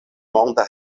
monda